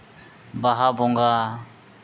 ᱵᱟᱦᱟ ᱵᱚᱸᱜᱟ